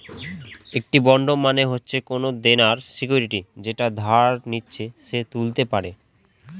একটি বন্ড মানে হচ্ছে কোনো দেনার সিকুইরিটি যেটা যে ধার নিচ্ছে সে তুলতে পারে